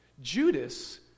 Judas